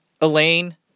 Elaine